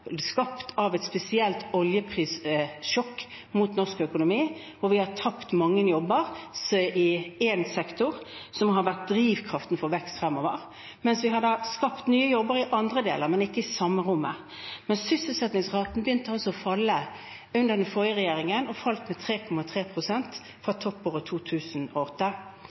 skapt av et spesielt oljeprissjokk i norsk økonomi. Vi har tapt mange jobber i en sektor som har vært drivkraften for vekst fremover, mens vi har skapt nye jobber i andre deler, men ikke i det samme rommet. Men sysselsettingsraten begynte altså å falle under den forrige regjeringen og falt med 3,3 pst. fra toppåret 2008.